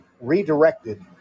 redirected